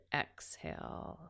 exhale